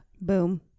boom